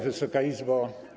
Wysoka Izbo!